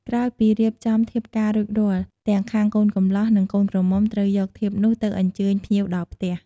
ក្រោយពីរៀបចំធៀបការរួចរាល់ ទាំងខាងកូនកម្លោះ និងកូនក្រមុំត្រូវយកធៀបនោះទៅអញ្ជើញភ្ញៀវដល់ផ្ទះ។